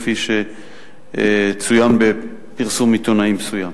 כפי שצוין בפרסום עיתונאי מסוים.